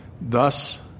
Thus